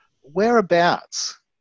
whereabouts